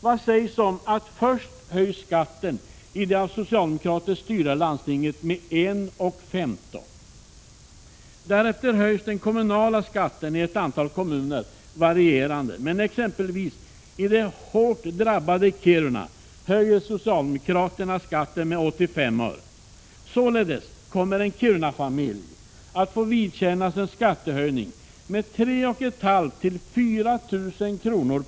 Vad sägs om att först höja skatten i det av socialdemokrater styrda landstinget med 1:15 kr. och att därefter höja den kommunala skatten i ett antal kommuner med varierande belopp? Exempelvisi det hårt drabbade Kiruna höjer socialdemokraterna skatten med 0:85 kr. Således kommer en Kirunafamilj att få vidkännas en skattehöjning med 3 500—4 000 kr.